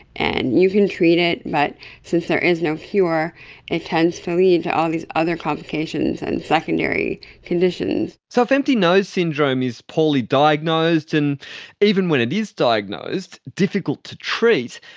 and you can treat it but since there is no cure it tends to lead to all these other complications and secondary conditions. so if empty nose syndrome is poorly diagnosed and even when it is diagnosed difficult to treat,